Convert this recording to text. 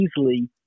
easily